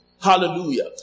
Hallelujah